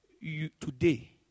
Today